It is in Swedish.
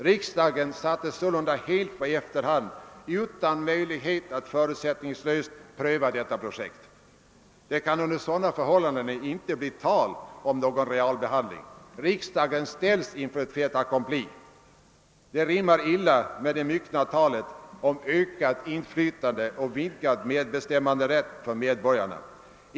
Riksdagen sattes sålunda helt på efterhand utan möjlighet att förutsättningslöst pröva detta projekt. Det kan under sådana förhållanden inte bli tal om någon realbehandling, utan riksdagen ställs inför fait accompli. Detta rimmar illa med det myckna talet om ökat inflytande och vidgad medbestämmanderätt för medborgarna.